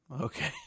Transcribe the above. Okay